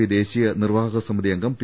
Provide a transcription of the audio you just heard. P ദേശീയ നിർവാഹക സമിതി അംഗം പി